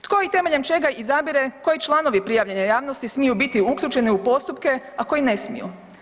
Tko ih temeljem i čega izabire koji članovi prijavljene javnosti smiju biti uključene u postupke, a koji ne smiju?